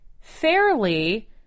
fairly